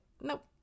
Nope